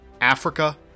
Africa